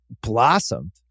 blossomed